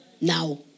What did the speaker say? Now